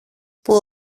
που